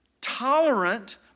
tolerant